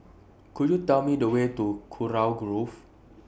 Could YOU Tell Me The Way to Kurau Grove